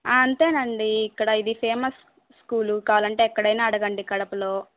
అంతేనండి ఇక్కడ ఇది ఫేమస్ స్కూలు కావాలంటే ఎక్కడైనా అడగండి కడపలో